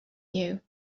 you